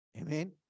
Amen